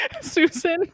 Susan